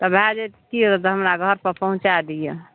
तऽ भए जाएत तऽ की होएत हमरा घर पर पहुँचाए दिअ